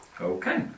Okay